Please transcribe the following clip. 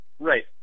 Right